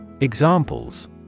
Examples